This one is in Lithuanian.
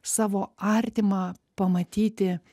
savo artimą pamatyti